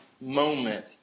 moment